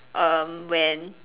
um when